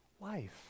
life